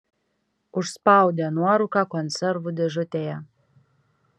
užspaudė nuorūką konservų dėžutėje